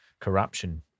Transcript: corruption